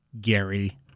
Gary